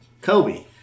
Kobe